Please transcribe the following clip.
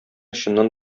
чыннан